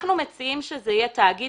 אנחנו מציעים שזה יהיה תאגיד